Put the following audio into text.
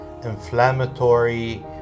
inflammatory